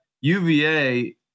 UVA